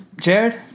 Jared